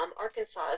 Arkansas